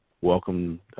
welcome